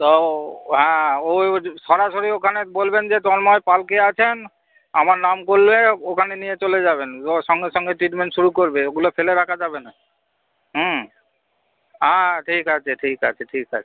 তো হ্যাঁ ওই ও সরাসরি ওখানে বলবেন যে তন্ময় পাল কে আছেন আমার নাম করলে ওখানে নিয়ে চলে যাবেন ও সঙ্গে সঙ্গে ট্রিটমেন্ট শুরু করবে ওগুলো ফেলে রাখা যাবে না হুম হ্যাঁ ঠিক আছে ঠিক আছে ঠিক আছে